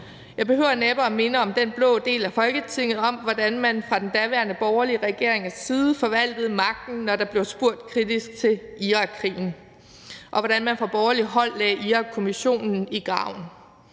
Jeg behøver næppe at minde den blå del af Folketinget om, hvordan man fra den daværende borgerlige regerings side forvaltede magten, når der blev spurgt kritisk til Irakkrigen, og hvordan man fra borgerligt hold lagde Irakkommissionen i graven,